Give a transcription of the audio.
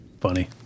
Funny